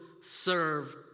serve